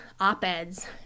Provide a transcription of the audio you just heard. op-eds